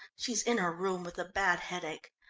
she's in her room with a bad headache.